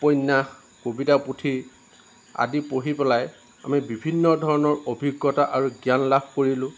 উপন্য়াস কবিতা পুথি আদি পঢ়ি পেলাই আমি বিভিন্ন ধৰণৰ অভিজ্ঞতা আৰু জ্ঞান লাভ কৰিলোঁ